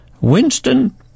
Winston